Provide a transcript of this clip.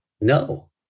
no